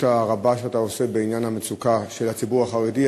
הרבה שלך בעניין המצוקה של הציבור החרדי.